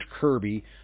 Kirby